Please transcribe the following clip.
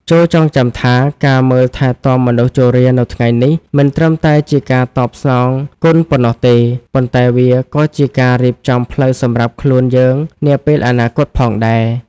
ចូរចងចាំថា ការមើលថែទាំមនុស្សជរានៅថ្ងៃនេះ មិនត្រឹមតែជាការតបស្នងគុណប៉ុណ្ណោះទេ ប៉ុន្តែវាក៏ជាការរៀបចំផ្លូវសម្រាប់ខ្លួនយើងនាពេលអនាគតផងដែរ។